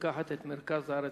לקחת את מרכז הארץ,